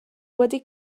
wedi